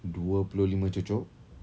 dua puluh lima cucuk